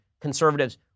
conservatives